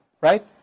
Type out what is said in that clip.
Right